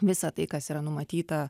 visa tai kas yra numatyta